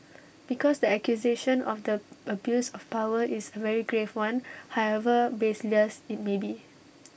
because the accusation of the abuse of power is A very grave one however baseless IT may be